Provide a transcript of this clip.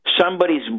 somebody's